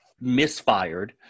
misfired